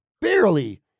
barely